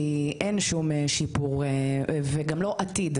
כי אין שום שיפור וגם לא עתיד.